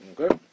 Okay